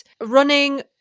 running